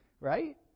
right